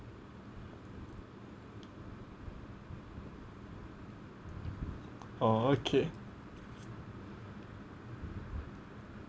orh okay